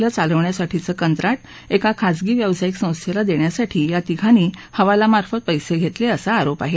लिं चालवण्यासाठीचं कंत्रा एका खाजगी व्यावसायिक संस्थेला देण्यासाठी या तिघांनी हवालामार्फत पैसे घेतले असा आरोप आहे